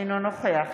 אינו נוכח